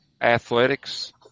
athletics